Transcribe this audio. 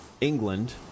England